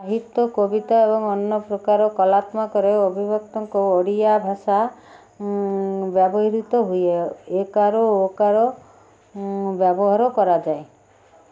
ସାହିତ୍ୟ କବିତା ଏବଂ ଅନ୍ୟପ୍ରକାର କଳାତ୍ମକରେ ଅଭିଭକ୍ତଙ୍କ ଓଡ଼ିଆ ଭାଷା ବ୍ୟବହୃତ ହୁଏ ଏକାର ଓକାର ବ୍ୟବହାର କରାଯାଏ